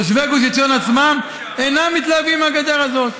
תושבי גוש עציון עצמם אינם מתלהבים מהגדר הזאת,